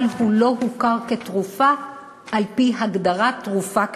אבל הוא לא הוכר כתרופה על-פי הגדרת תרופה כתרופה.